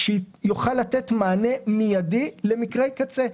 שיוכל לתת מענה מיידי למקרי קצה.